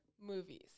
movies